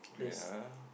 wait ah